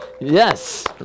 Yes